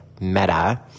Meta